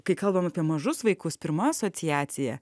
kai kalbam apie mažus vaikus pirma asociacija